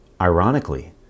Ironically